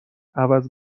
عوض